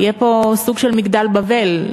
יהיה פה סוג של מגדל בבל,